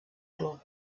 club